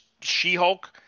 She-Hulk